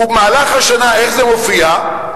ובמהלך השנה, איך זה מופיע?